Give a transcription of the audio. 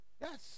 Yes